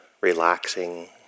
relaxing